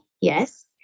yes